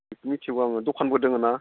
इखो मिथिगो आङो दखानबो दङ ना